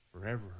forever